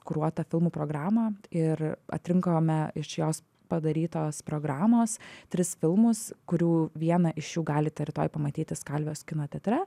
kuruotą filmų programą ir atrinkome iš jos padarytos programos tris filmus kurių vieną iš jų galite rytoj pamatyti skalvijos kino teatre